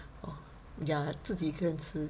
oh ya 自己一个人吃